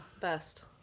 Best